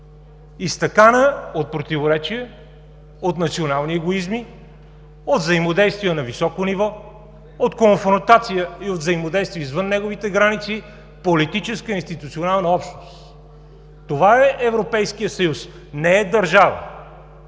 изтъкан от противоречия, от национални егоизми, от взаимодействия на високо ниво, от конфронтация и от взаимодействия извън неговите граници, политическа и институционална общност. Това е Европейският съюз: не е държава,